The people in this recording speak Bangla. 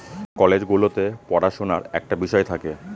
কলেজ গুলোতে পড়াশুনার একটা বিষয় থাকে